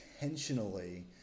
intentionally